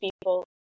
people